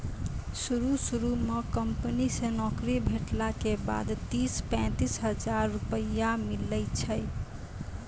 शुरू शुरू म कंपनी से नौकरी भेटला के बाद तीस पैंतीस हजार रुपिया मिलै छै